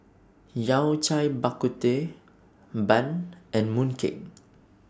Yao Cai Bak Kut Teh Bun and Mooncake